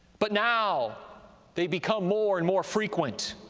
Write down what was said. but now they become more and more frequent.